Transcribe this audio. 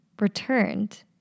returned